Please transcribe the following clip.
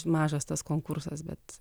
mažas tas konkursas bet